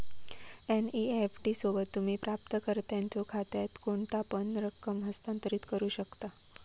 NEFT सोबत, तुम्ही प्राप्तकर्त्याच्यो खात्यात कोणतापण रक्कम हस्तांतरित करू शकता